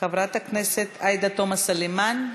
חברת הכנסת עאידה תומא סלימאן,